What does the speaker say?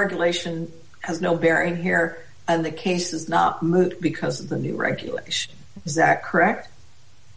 revelation has no bearing here of the cases not moot because of the new regulation is that correct